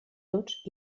tots